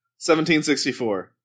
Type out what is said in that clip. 1764